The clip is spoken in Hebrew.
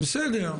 בסדר.